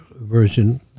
version